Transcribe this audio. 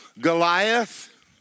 Goliath